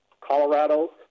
Colorado